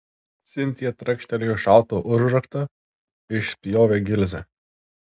sintija trakštelėjo šautuvo užraktu išspjovė gilzę